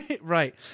Right